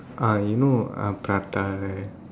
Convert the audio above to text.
ah you know ah prata right